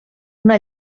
una